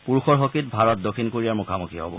পুৰুষৰ হকীত ভাৰত দক্ষিণ কোৰিয়াৰ মুখামুখি হব